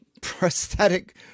prosthetic